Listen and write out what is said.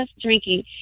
drinking